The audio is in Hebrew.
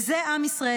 וזה עם ישראל.